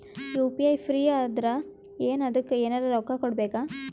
UPI free ಅದಾರಾ ಏನ ಅದಕ್ಕ ಎನೆರ ರೊಕ್ಕ ಕೊಡಬೇಕ?